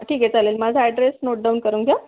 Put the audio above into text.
ठीक आहे चालेल माझा ॲड्रेस नोटडाउन करून घ्या